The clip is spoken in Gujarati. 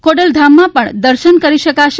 ખોડલધામમાં દર્શન કરી શકાશે